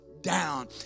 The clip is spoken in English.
down